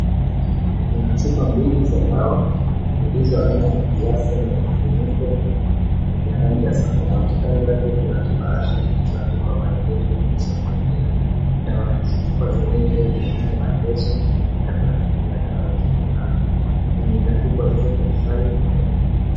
Kuna chupa mbili za dawa zilizo na glasi na funiko ya rangi ya samawati kando yake kuna kibahasha kilichooandikwa maelezo ya jinsi ya kutumia dawa hizo chupa zenyewe pia zimeandika maelezo ya kuyatumia dawa hizo na yenye imeandikwa 0.5.